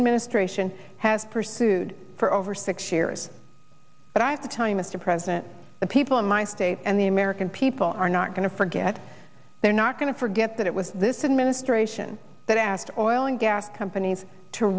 administration has pursued for over six years but i have to tell you mr president the people in my state and the american people are not going to forget they're not going to forget that it was this administration that asked orlin gas companies to